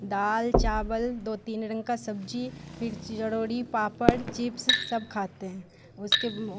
दाल चावल दो तीन रंग का सब्जी फिर पापड़ चिप्स सब खाते हैं उसके